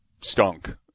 stunk